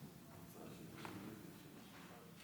מכריזה על תוצאות ההצבעה על